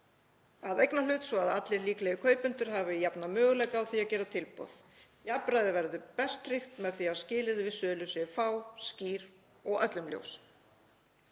kaupendur svo að allir líklegir kaupendur hafi jafna möguleika á því að gera tilboð. Jafnræði verður best tryggt með því að skilyrði við sölu séu fá, skýr og öllum ljós.“